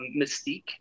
Mystique